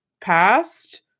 past